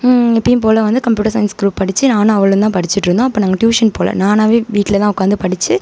எப்பயும் போல் வந்து கம்ப்யூட்டர் சயின்ஸ் குரூப் படித்து நானும் அவளும் தான் படிச்சுட்ருந்தோம் அப்போ நாங்கள் டியூஷன் போல் நானாகவே வீட்டில்தான் உட்காந்து படித்து